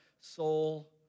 soul